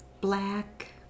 black